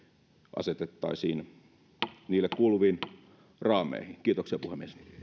asetettaisiin niille kuuluviin raameihin kiitoksia puhemies